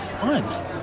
Fun